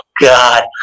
God